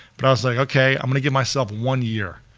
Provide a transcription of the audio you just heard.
but i was like okay i'm going to get myself one year.